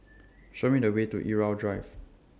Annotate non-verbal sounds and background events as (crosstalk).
(noise) Show Me The Way to Irau Drive